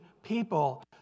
People